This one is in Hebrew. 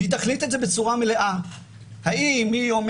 והיא תחליט את זה בצורה מלאה.